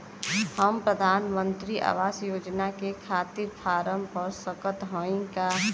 हम प्रधान मंत्री आवास योजना के खातिर फारम भर सकत हयी का?